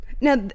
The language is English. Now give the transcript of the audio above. Now